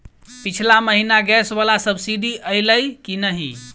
पिछला महीना गैस वला सब्सिडी ऐलई की नहि?